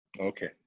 Okay